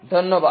ধন্যবাদ